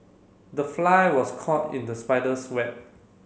the fly was caught in the spider's web